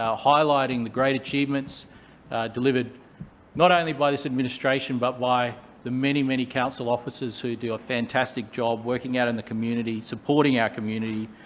highlighting the great achievements delivered not only by this administration but by the many, many council officers who do a fantastic job working out in the community, supporting our community,